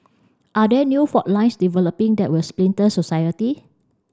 are there new fault lines developing that will splinter society